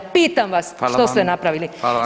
Pitam vas što ste napravili?